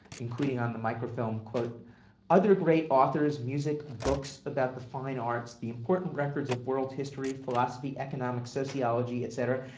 including on the microfilm, other great authors, music, books about the fine arts. the important records of world history, philosophy, economics, sociology, et cetera.